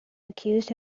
accused